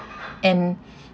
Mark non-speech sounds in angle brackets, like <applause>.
and <breath>